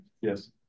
yes